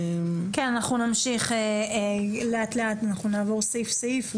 כן, אנחנו נמשיך לאט לאט ונעבור סעיף-סעיף.